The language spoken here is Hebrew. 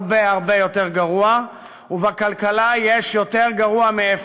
הרבה, הרבה יותר גרוע, ובכלכלה יש יותר גרוע מאפס.